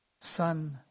son